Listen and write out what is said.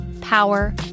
power